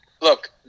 look